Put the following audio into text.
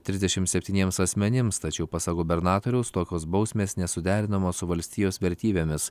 trisdešimt septyniems asmenims tačiau pasak gubernatoriaus tokios bausmės nesuderinamos su valstijos vertybėmis